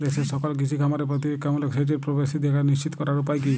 দেশের সকল কৃষি খামারে প্রতিরক্ষামূলক সেচের প্রবেশাধিকার নিশ্চিত করার উপায় কি?